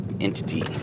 Entity